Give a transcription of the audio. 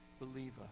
believer